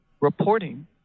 reporting